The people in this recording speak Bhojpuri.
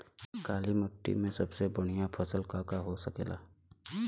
काली माटी में सबसे बढ़िया फसल का का हो सकेला?